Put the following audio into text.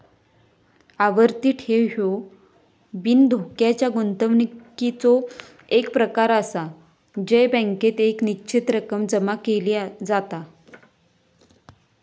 आवर्ती ठेव ह्यो बिनधोक्याच्या गुंतवणुकीचो एक प्रकार आसा जय बँकेत एक निश्चित रक्कम जमा केली जाता